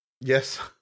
Yes